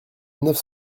neuf